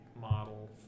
model